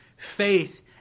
Faith